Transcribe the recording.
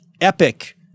epic